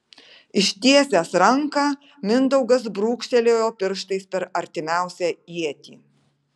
ištiesęs ranką mindaugas brūkštelėjo pirštais per artimiausią ietį